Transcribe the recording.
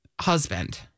husband